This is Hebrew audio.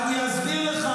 אני אסביר לך,